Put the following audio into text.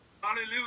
Hallelujah